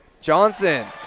johnson